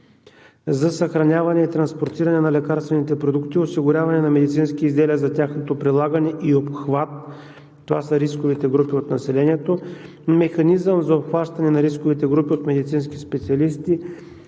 за съхраняване и транспортиране на лекарствените продукти, осигуряване на медицински изделия за тяхното прилагане и обхват – това са рисковите групи от населението, механизъм за обхващане на рисковите групи от медицински специалисти,